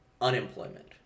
unemployment